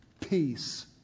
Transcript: peace